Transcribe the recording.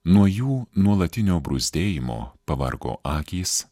nuo jų nuolatinio bruzdėjimo pavargo akys